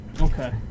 Okay